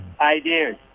ideas